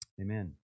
amen